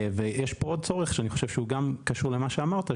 יש פה עוד צורך שאני חושב שהוא גם קשור למה שאמרת,